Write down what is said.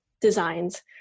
designs